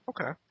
okay